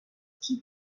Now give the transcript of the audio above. keep